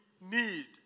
need